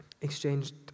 exchanged